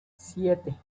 siete